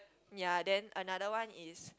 ya then another one is